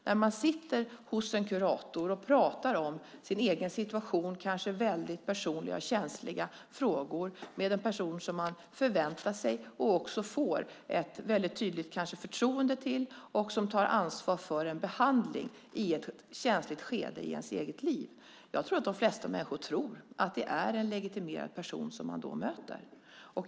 När man sitter hos en kurator och pratar om sin egen situation och kanske tar upp väldigt personliga och känsliga frågor med en person som man också får ett mycket starkt förtroende för och som tar ansvar för en behandling i ett känsligt skede i ens eget liv tror jag att de flesta människor räknar med att det är en legitimerad person som de möter.